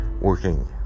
working